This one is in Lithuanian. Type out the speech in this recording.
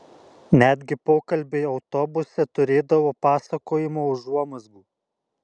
netgi pokalbiai autobuse turėdavo pasakojimo užuomazgų